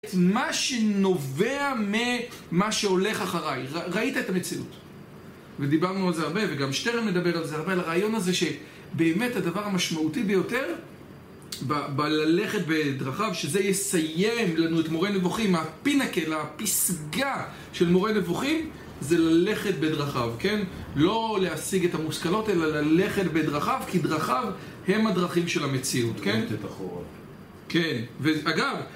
את מה שנובע ממה שהולך אחריי ראית את המציאות ודיברנו על זה הרבה וגם שטרן מדבר על זה הרבה על הרעיון הזה שבאמת הדבר המשמעותי ביותר בללכת בדרכיו שזה יסיים לנו את מורה נבוכים הפינקל, הפסגה של מורה נבוכים זה ללכת בדרכיו, כן? לא להשיג את המושכלות אלא ללכת בדרכיו כי דרכיו הם הדרכים של המציאות, כן? ולתת אחורה כן, ואגב